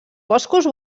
boscos